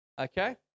Okay